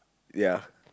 ya